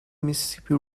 mississippi